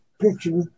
picture